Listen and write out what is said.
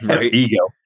Ego